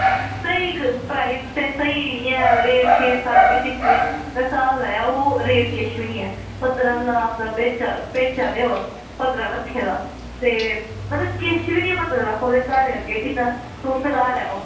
स्हेई प्राईज़ ते स्हेई रेट इयै सबकिश में स्हाब लाया ओह् रेट किश बी निं ऐ पंदरां लाख दा बेचा दे ओह् पंदरां लक्खे दा ते मतलब किश बी निं ऐओह् पंदरां लक्ख ओह्दे घरै दे अग्गें जबरदस्त घर ऐ ओह्